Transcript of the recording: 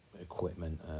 equipment